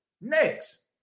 Next